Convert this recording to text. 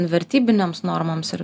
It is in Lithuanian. vertybinėms normoms ir